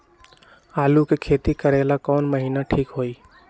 आलू के खेती करेला कौन महीना ठीक होई?